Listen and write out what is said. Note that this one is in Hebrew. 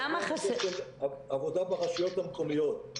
לגבי עבודה ברשויות המקומיות,